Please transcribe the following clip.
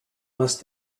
must